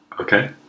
Okay